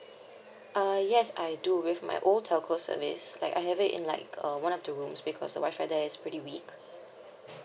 uh yes I do with my old telco service like I have it in like uh one of the rooms because the WI-FI there is pretty weak